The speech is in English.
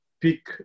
pick